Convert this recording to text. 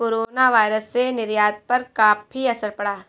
coronavirus से निर्यात पर काफी असर पड़ा